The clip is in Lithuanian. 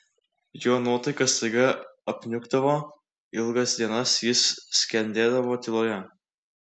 jo nuotaika staiga apniukdavo ilgas dienas jis skendėdavo tyloje